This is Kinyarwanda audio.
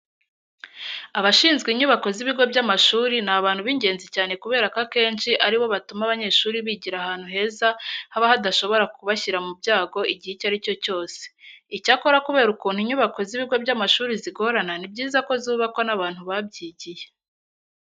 Abashinzwe inyubako z'ibigo by'amashuri ni abantu b'ingenzi cyane kubera ko akenshi ari bo batuma abanyeshuri bigira ahantu heza haba hadashobora kubashyira mu byago igihe icyo ari cyo cyose. Icyakora kubera ukuntu inyubako z'ibigo by'amashuri zigorana ni byiza ko zubakwa n'abantu babyigiye.